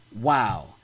Wow